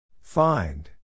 Find